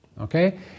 okay